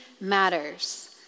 matters